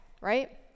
right